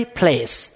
place